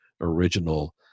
original